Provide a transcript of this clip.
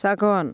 जागोन